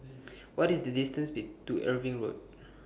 What IS The distance Be to Irving Road